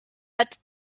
that